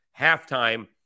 Halftime